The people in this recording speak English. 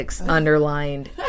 underlined